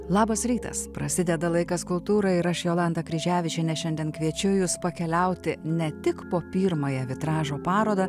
labas rytas prasideda laikas kultūra ir aš jolanta kryževičienė šiandien kviečiu jus pakeliauti ne tik po pirmąją vitražo parodą